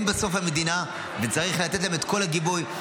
הם בסוף המדינה וצריך לתת להם את כל הגיבוי.